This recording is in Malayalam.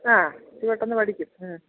ആ ഇത് പെട്ടെന്ന് പഠിക്കും മ്മ്